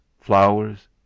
flowers